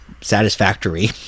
satisfactory